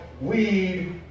weed